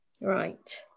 Right